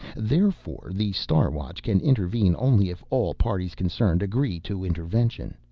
therefore the star watch can intervene only if all parties concerned agree to intervention.